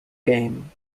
game